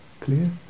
Clear